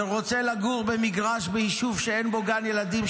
ורוצה לגור במגרש ביישוב שאין בו גן ילדים,